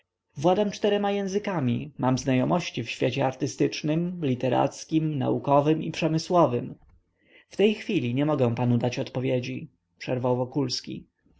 władam czterema językami mam znajomości w świecie artystycznym literackim naukowym i przemysłowym w tej chwili nie mogę panu dać odpowiedzi przerwał wokulski